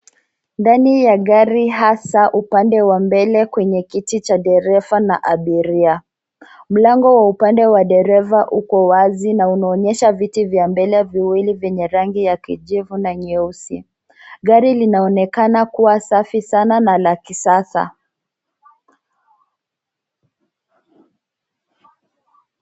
Ndani ya gari hasa upande wa mbele kwenye kiti cha dereva na abiria. Mlango wa upande wa dereva uko wazi na unaonyesha viti vya mbele viwili vyenye rangi ya kijivu na nyeusi. Gari linaonekana kuwa safi sana na la kisasa.